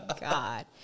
God